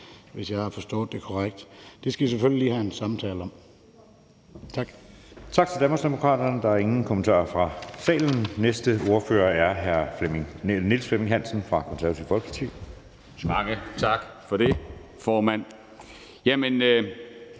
hvis jeg har forstået det korrekt. Det skal vi selvfølgelig lige have en samtale om. Tak.